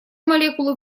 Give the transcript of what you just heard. молекулы